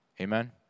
Amen